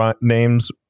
names